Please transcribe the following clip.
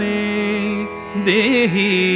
Dehi